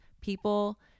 people